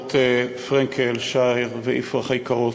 משפחות פרנקל, שער ויפרח היקרות,